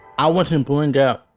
i wasn't born deaf.